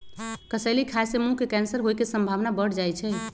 कसेली खाय से मुंह के कैंसर होय के संभावना बढ़ जाइ छइ